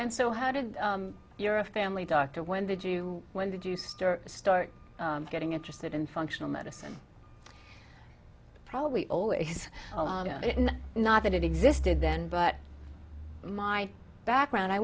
and so how did your a family doctor when did you when did you stir start getting interested in functional medicine probably always in the not that it existed then but my background i